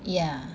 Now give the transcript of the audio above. yeah